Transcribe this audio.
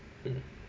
mm